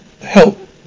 help